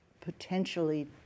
potentially